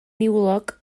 niwlog